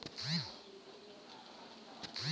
Investment के के बोलल जा ला?